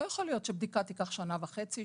לא יכול להיות שבדיקה תיקח שנה וחצי,